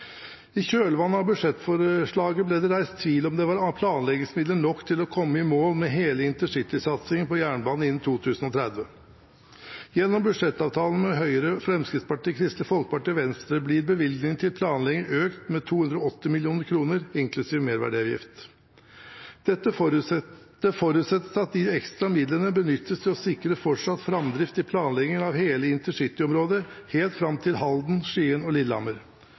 I kjølvannet av budsjettforslaget ble det reist tvil om det var planleggingsmidler nok til å komme i mål med hele intercitysatsingen på jernbane innen 2030. Gjennom budsjettavtalen mellom Høyre, Fremskrittspartiet, Kristelig Folkeparti og Venstre blir bevilgningene til planlegging økt med 280 mill. kr, inkludert merverdiavgift. Det forutsettes at de ekstra midlene benyttes til å sikre fortsatt framdrift i planleggingen av hele intercityområdet, helt fram til Halden, Skien og Lillehammer.